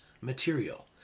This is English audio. material